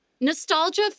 Nostalgia